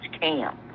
camp